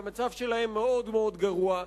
שהמצב שלהן מאוד מאוד גרוע,